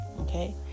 Okay